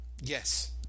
Yes